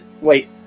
Wait